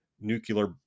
nuclear